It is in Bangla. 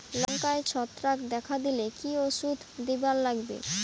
লঙ্কায় ছত্রাক দেখা দিলে কি ওষুধ দিবার লাগবে?